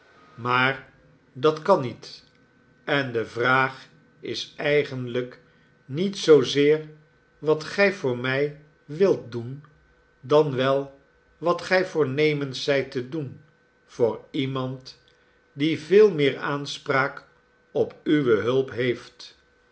maar dat kan niet en de vraag is eigenlijk niet zoozeer wat gij voor mij wilt doen dan wel wat gij voornemens zijt te doen voor iemand die veel meer aanspraak op uwe hulp heeft